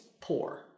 poor